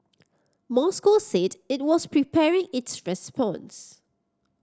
Moscow said it was preparing its response